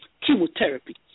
chemotherapy